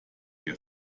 ihr